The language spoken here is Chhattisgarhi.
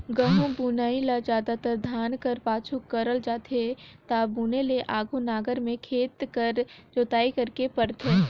गहूँ बुनई ल जादातर धान कर पाछू करल जाथे ता बुने ले आघु नांगर में खेत कर जोताई करेक परथे